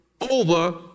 over